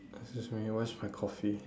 excuse me where is my coffee